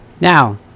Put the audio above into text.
Now